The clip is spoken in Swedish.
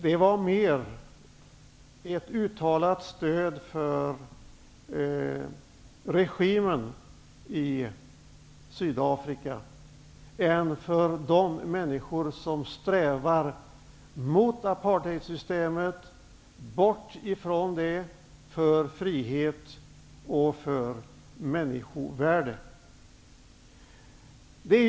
Det var mer ett uttalat stöd för regimen i Sydafrika än för de människor som strävar mot apartheidsystemet, bort från det, för frihet och människovärde. Herr talman!